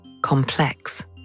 complex